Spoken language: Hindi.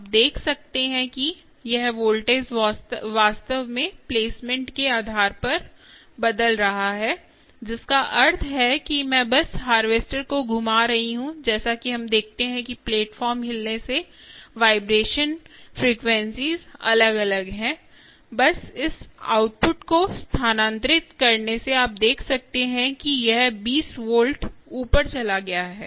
आप देख सकते हैं कि यह वोल्टेज वास्तव में प्लेसमेंट के आधार पर बदल रहा है जिसका अर्थ है कि मैं बस हारवेस्टर को घुमा रही हूं जैसा कि हम देखते हैं कि प्लेटफॉर्म हिलने से वाइब्रेशन फ्रेक्वेंसीस अलग अलग हैं बस इस आउटपुट को स्थानांतरित करने से आप देख सकते हैं कि यह 20 वोल्ट ऊपर चला गया है